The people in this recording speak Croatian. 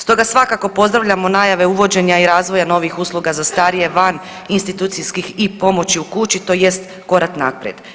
Stoga svakako pozdravljamo najave uvođenja i razvoja novih usluga za starije van institucijskih i pomoći u kući tj. korak naprijed.